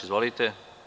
Izvolite.